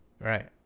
Right